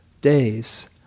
days